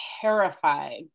terrified